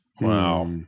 wow